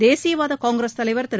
தேசியவாத காங்கிரஸ் தலைவர் திரு